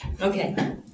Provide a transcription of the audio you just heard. Okay